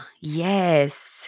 yes